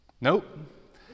Nope